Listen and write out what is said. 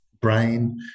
brain